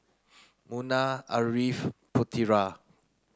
Munah Ariff Putera